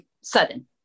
sudden